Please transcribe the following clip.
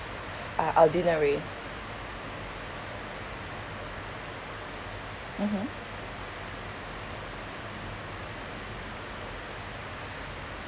uh ordinary mmhmm